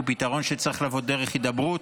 פתרון שצריך לבוא דרך הידברות.